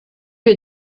wir